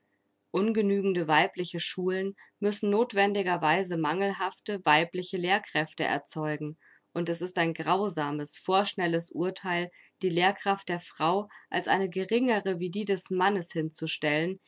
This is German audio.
ungenügende weibliche schulen müssen nothwendigerweise mangelhafte weibliche lehrkräfte erzeugen und es ist ein grausames vorschnelles urtheil die lehrkraft der frau als eine geringere wie die des mannes hinzustellen